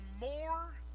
more